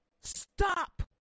Stop